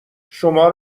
شما